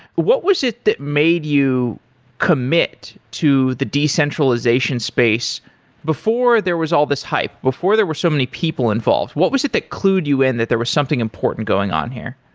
what was it that made you commit to the decentralization space before there was all these hype, before there were so many people involved? what was it that clued you in that there was something important going on here?